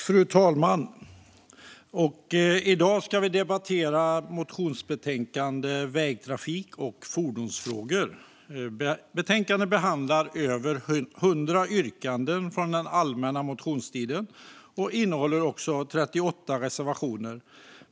Fru talman! I dag ska vi debattera motionsbetänkandet om vägtrafik och fordonsfrågor . Betänkandet behandlar över 100 yrkanden från allmänna motionstiden och innehåller också 38 reservationer.